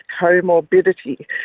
comorbidity